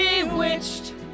Bewitched